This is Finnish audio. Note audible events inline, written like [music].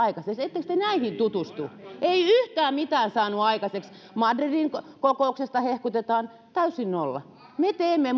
aikaiseksi ettekö te näihin tutustu ei yhtään mitään saanut aikaiseksi madridin kokousta hehkutetaan täysi nolla me [unintelligible]